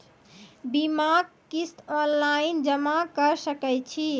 बीमाक किस्त ऑनलाइन जमा कॅ सकै छी?